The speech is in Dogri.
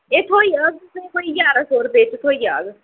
एह् थ्होई जाह्ग तुसें कोई ग्यारां सौ रपेऽ च थ्होई जाह्ग